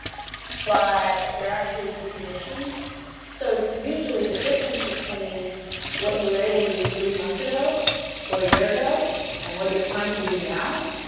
but they're actually de-conditioned so it's usually the difference between what you were able to do three months ago or a year ago and what you're trying to do now.